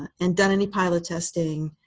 and done any pilot testing,